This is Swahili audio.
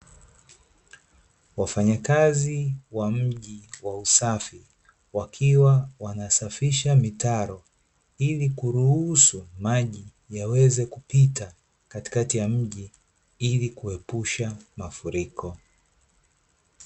Wafanya kazi wa mji wa usafi wakiwa wanasafisha mtaro ilikuruhusu maji yaweze kupita katikati ya mji ilikuepusha mafuriko.